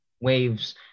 waves